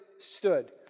stood